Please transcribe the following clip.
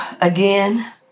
Again